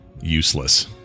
useless